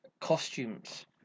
Costumes